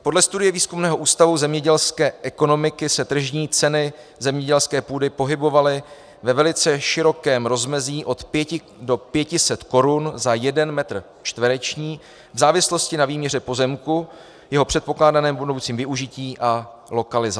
Podle studie Výzkumného ústavu zemědělské ekonomiky se tržní ceny zemědělské půdy pohybovaly ve velice širokém rozmezí od 5 do 500 Kč za jeden metr čtvereční v závislosti na výměře pozemku, jeho předpokládaném budoucím využití a lokalizaci.